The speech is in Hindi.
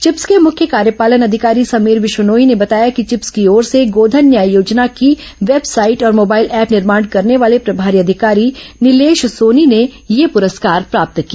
चिप्स के मुख्य कार्यपालन अधिकारी समीर विश्नोई ने बताया कि चिप्स की ओर से गोधन न्याय योजना की वेबसाइट और मोबाइल ऐप निर्माण करने वाले प्रभारी अधिकारी नीलेश सोनी ने यह पुरस्कार प्राप्त किया